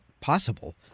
possible